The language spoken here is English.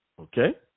Okay